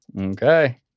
Okay